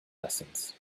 lessons